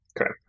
okay